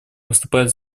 выступает